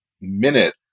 minute